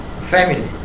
Family